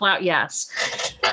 Yes